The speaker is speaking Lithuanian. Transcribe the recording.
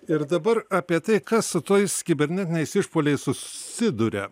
ir dabar apie tai kas su tais kibernetiniais išpuoliais susiduria